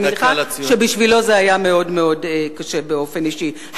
אני מניחה שבשבילו זה היה מאוד מאוד קשה באופן אישי.